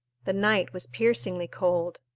the night was piercingly cold.